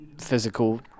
physical